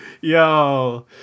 yo